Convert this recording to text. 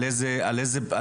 על איזה ענישה,